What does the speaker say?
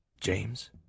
James